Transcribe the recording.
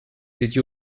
étiez